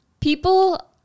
People